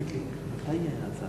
להעביר את הנושא